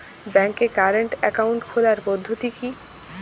ব্যাংকে current account খোলার পদ্ধতি কি?